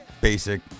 basic